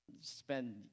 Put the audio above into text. spend